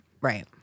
right